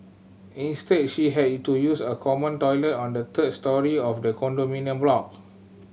instead she had to use a common toilet on the third storey of the condominium block